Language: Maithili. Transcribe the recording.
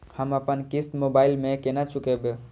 हम अपन किस्त मोबाइल से केना चूकेब?